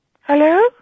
Hello